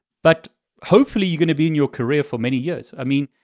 but hopefully you're going to be in your career for many years. i mean,